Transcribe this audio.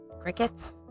Crickets